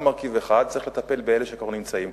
צריך לטפל באלה שכבר נמצאים,